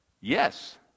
Yes